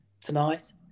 tonight